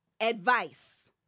Advice